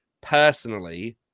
personally